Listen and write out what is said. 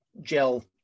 gel